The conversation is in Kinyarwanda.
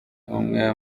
umwe